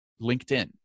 LinkedIn